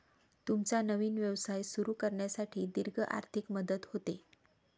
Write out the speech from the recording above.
तुमचा नवीन व्यवसाय सुरू करण्यासाठी दीर्घ आर्थिक मदत होते